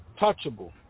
Touchable